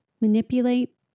manipulate